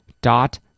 dot